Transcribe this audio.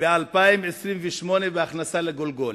המובילות בעולם בהכנסה לגולגולת.